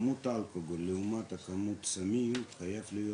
שכמות האלכוהול לעומת כמות הסמים חייבת להיות